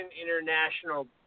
International